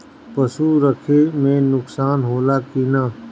पशु रखे मे नुकसान होला कि न?